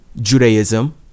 Judaism